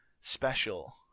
special